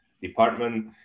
department